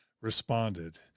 responded